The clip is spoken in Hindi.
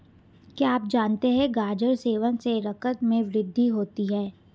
क्या आप जानते है गाजर सेवन से रक्त में वृद्धि होती है?